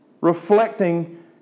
reflecting